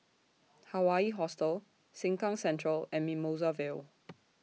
Hawaii Hostel Sengkang Central and Mimosa Vale